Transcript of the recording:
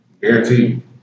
guaranteed